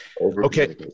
Okay